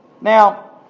Now